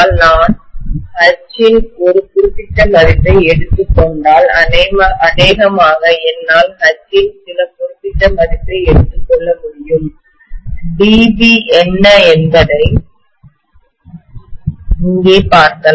நான் H இன் ஒரு குறிப்பிட்ட மதிப்பை எடுத்துக் கொண்டால் அநேகமாக என்னால் H இன் சில குறிப்பிட்ட மதிப்பை எடுத்துக் கொள்ள முடியும் dB என்ன என்பதை இங்கே பார்க்கலாம்